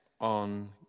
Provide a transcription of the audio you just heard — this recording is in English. on